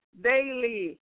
daily